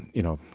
you know,